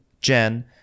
Jen